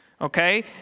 Okay